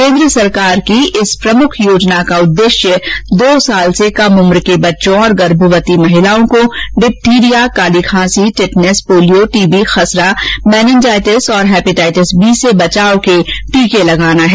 केन्द्र सरकार की इस प्रमुख योजना का उद्देश्य दो वर्ष से कम उम्र के बच्चों और गर्भवती महिलाओं को डिथ्थिरिया काली खांसी टिटनेस पोलियो टीबी खसरा मेनिनजाइटिस और हेपेटाइटिस बी से बचाव के टीके लगाना है